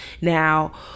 now